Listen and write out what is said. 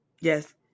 Yes